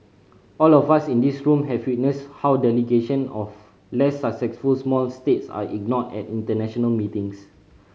all of us in this room have witnessed how delegation of less successful small states are ignored at international meetings